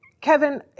Kevin